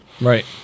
Right